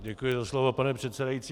Děkuji za slovo, pane předsedající.